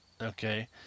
Okay